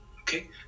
okay